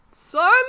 Son